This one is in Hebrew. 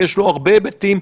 שיש לו הרבה היבטים,